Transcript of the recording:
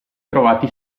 trovati